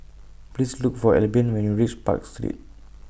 Please Look For Albion when YOU REACH Park Street